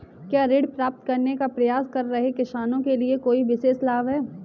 क्या ऋण प्राप्त करने का प्रयास कर रहे किसानों के लिए कोई विशेष लाभ हैं?